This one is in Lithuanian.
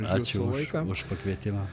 ačiū už už pakvietimą